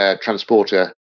transporter